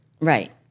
Right